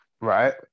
right